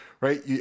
right